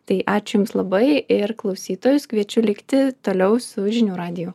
tai ačiū jums labai ir klausytojus kviečiu likti toliau su žinių radiju